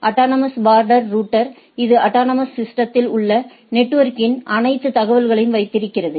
autonomous border router இது autonomous சிஸ்டதில் உள்ள நெட்வொர்க்கின் அனைத்து தகவல்களையும் வைத்திருக்கிறது